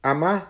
Ama